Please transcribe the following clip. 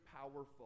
powerful